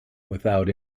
without